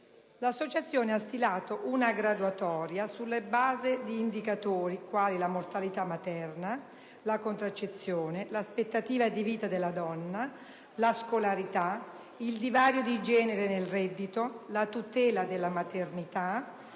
L'associazione ha stilato una graduatoria sulla base di indicatori quali la mortalità materna, la contraccezione, l'aspettativa di vita della donna, la scolarità, il divario dì genere nel reddito, la tutela della maternità,